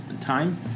time